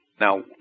now